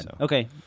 okay